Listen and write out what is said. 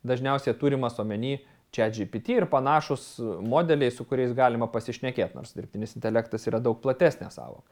dažniausiai turimas omeny čiat džipiti ir panašūs modeliai su kuriais galima pasišnekėt nors dirbtinis intelektas yra daug platesnė sąvoka